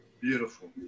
Beautiful